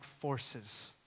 forces